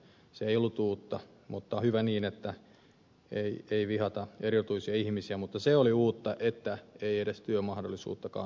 se ei ollut uutta hyvä että ei vihata erirotuisia ihmisiä mutta se oli uutta että ei edes työmahdollisuuttakaan haluta antaa